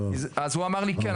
הוא אמר שכן,